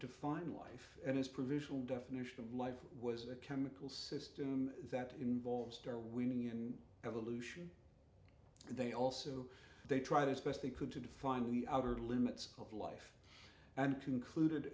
define life and as provisional definition of life was a chemical system that involves darwinian evolution and they also they tried as best they could to define the outer limits of life and concluded